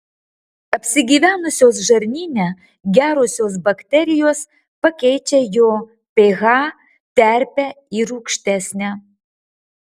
apsigyvenusios žarnyne gerosios bakterijos pakeičia jo ph terpę į rūgštesnę